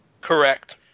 Correct